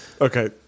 okay